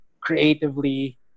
creatively